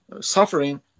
suffering